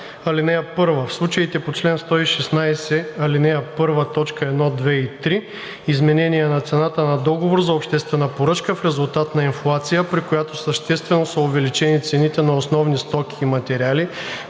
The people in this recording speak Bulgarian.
117а. (1) В случаите по чл. 116, ал. 1, т. 1, 2 и 3 изменение на цената на договор за обществена поръчка в резултат на инфлация, при която съществено са увеличени цените на основни стоки и материали,